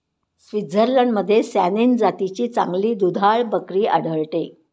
स्वित्झर्लंडमध्ये सॅनेन जातीची चांगली दुधाळ बकरी आढळते